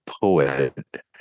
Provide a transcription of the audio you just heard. poet